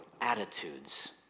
attitudes